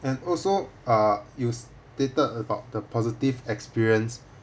and also uh you stated about the positive experience